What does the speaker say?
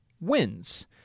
wins